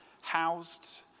housed